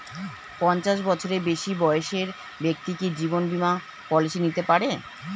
পঞ্চাশ বছরের বেশি বয়সের ব্যক্তি কি জীবন বীমা পলিসি নিতে পারে?